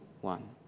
one